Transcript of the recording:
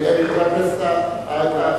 האם אוכל לצאת לדקה או שתיים?